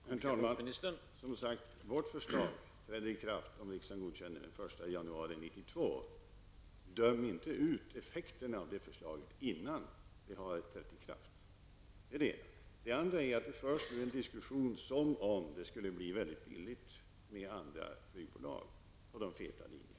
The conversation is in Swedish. Herr talman! Vårt förslag träder som sagt i kraft, om riksdagen godkänner det, den 1 januari 1992. Döm inte ut effekterna av det förslaget innan det har trätt i kraft. Det är det ena. Det andra är att det nu förs en diskussion som om det skulle bli väldigt billigt med de andra bolagen på de feta linjerna.